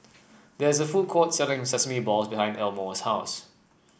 there is a food court selling sesame ball behind Elmore's house